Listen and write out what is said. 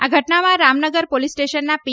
આ ઘટનામાં રામનગર પોલીસ સ્ટેશનના પી